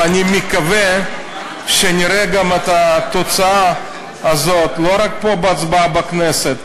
ואני מקווה שנראה גם את התוצאה הזאת לא רק פה בהצבעה בכנסת,